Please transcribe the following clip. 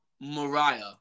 Mariah